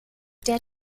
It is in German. der